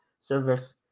service